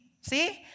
See